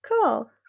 Cool